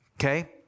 Okay